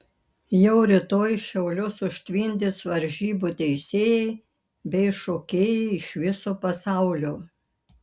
jau rytoj šiaulius užtvindys varžybų teisėjai bei šokėjai iš viso pasaulio